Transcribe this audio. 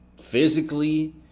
physically